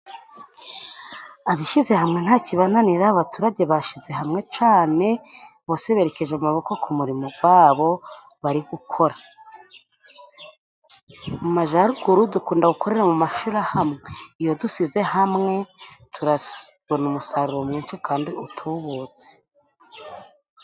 Abishyize hamwe ntakibananira abaturage bashyize hamwe cane, bose berekeje amaboko gwabo bari gukora. Mu majaruguru dukunda gukorera mu mashirahamwe, iyo dushyize hamwe, tubona umusaruro mwinshi kandi utubutse.